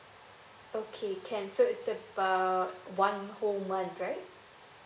okay can so it's about one whole month right